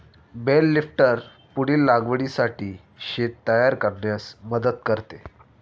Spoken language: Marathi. बेल लिफ्टर पुढील लागवडीसाठी शेत तयार करण्यास मदत करते